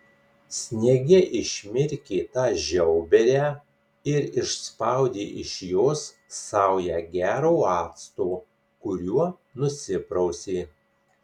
sniege išmirkė tą žiauberę ir išspaudė iš jos saują gero acto kuriuo nusiprausė